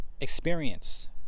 experience